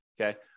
okay